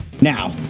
Now